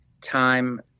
time